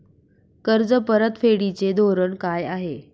कर्ज परतफेडीचे धोरण काय आहे?